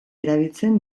erabiltzen